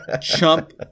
chump